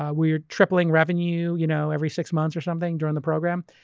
ah we're tripling revenue you know every six months or something during the program.